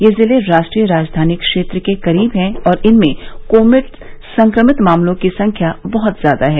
ये जिले राष्ट्रीय राजधानी क्षेत्र के करीब हैं और इनमें कोविड संक्रमित मामलों की संख्या बहुत ज्यादा है